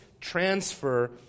transfer